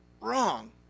wrong